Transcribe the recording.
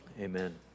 amen